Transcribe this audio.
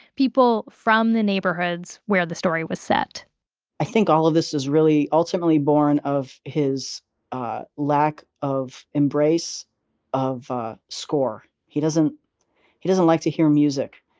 people from the neighborhoods where the story was set i think all of this is really ultimately born of his ah lack of embrace of ah score. he doesn't he doesn't like to hear music